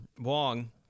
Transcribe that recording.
Wong